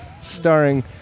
Starring